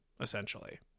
essentially